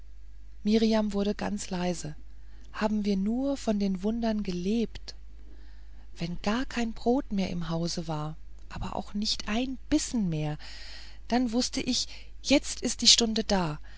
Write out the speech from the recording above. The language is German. mirjam wurde ganz leise haben wir nur von wundern gelebt wenn gar kein brot mehr im hause war aber auch nicht ein bissen mehr dann wußte ich jetzt ist die stunde da